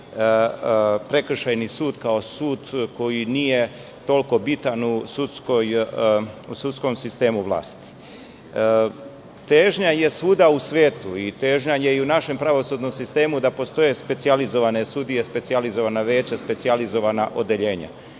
prekršajni sud kao sud koji nije toliko bitan u sudskom sistemu vlasti. Težnja je svuda u svetu i težnja je i u našem pravosudnom sistemu da postoje specijalizovana sudije, specijalizovana veća, specijalizovana odeljenja.